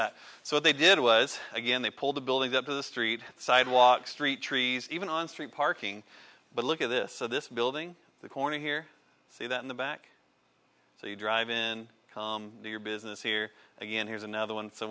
that so they did was again they pulled the buildings up to the street sidewalk street trees even on street parking but look at this this building the corner here see that in the back so you drive in to your business here again here's another one so